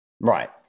Right